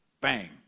Bang